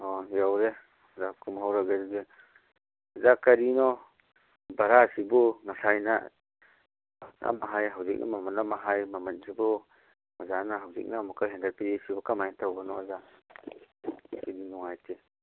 ꯑꯣ ꯌꯧꯔꯦ ꯑꯣꯖꯥ ꯀꯨꯝꯍꯧꯔꯒꯦ ꯑꯗꯨꯗꯤ ꯑꯣꯖꯥ ꯀꯔꯤꯅꯣ ꯚꯔꯥꯁꯤꯕꯨ ꯉꯁꯥꯏꯅ ꯑꯃ ꯍꯥꯏ ꯍꯧꯖꯤꯛꯅ ꯃꯃꯟ ꯑꯃ ꯍꯥꯏ ꯃꯃꯟꯁꯤꯕꯨ ꯑꯣꯖꯥꯅ ꯍꯧꯖꯤꯛꯅ ꯑꯃꯨꯛꯀ ꯍꯦꯟꯒꯠꯄꯤꯔꯤꯁꯤꯕꯨ ꯀꯃꯥꯏ ꯇꯧꯕꯅꯣ ꯑꯣꯖꯥ ꯑꯩꯗꯤ ꯅꯨꯡꯉꯥꯏꯇꯦ